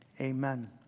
Amen